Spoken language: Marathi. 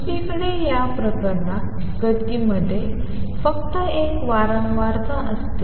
दुसरीकडे या प्रकरणात गतीमध्ये फक्त एक वारंवारता असते